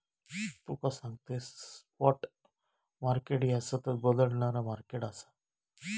तुका सांगतंय, spot market ह्या सतत बदलणारा मार्केट आसा